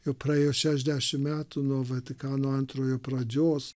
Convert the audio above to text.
jau praėjo šešdešim metų nuo vatikano antrojo pradžios